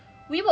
no it's not